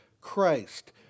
Christ